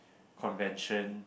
convention